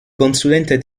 consulente